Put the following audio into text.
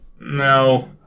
No